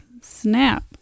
snap